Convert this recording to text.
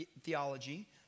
theology